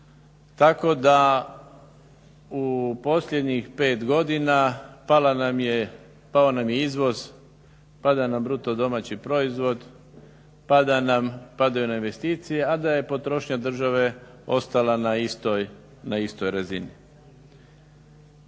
tako da u posljednjih 5 godina pao nam je izvoz, pada nam BDP, padaju nam investicije a da je potrošnja države ostala na istoj razini.